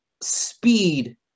speed